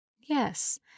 Yes